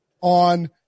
on